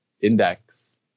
index